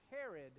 Herod